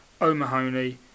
O'Mahony